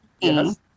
Yes